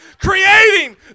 Creating